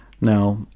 Now